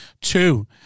Two